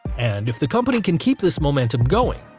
and if the company can keep this momentum going,